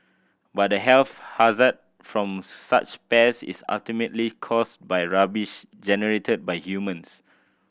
but the health hazard from such pests is ultimately caused by rubbish generated by humans